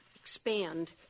expand